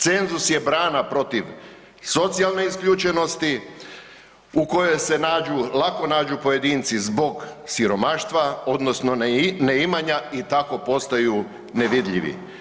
Cenzus je brana protiv socijalne isključenosti u kojoj se lako nađu pojedinci zbog siromaštva odnosno neimanja i tako postaju nevidljivi.